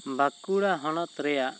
ᱵᱟᱸᱠᱩᱲᱟ ᱦᱚᱱᱚᱛ ᱨᱮᱭᱟᱜ